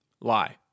Lie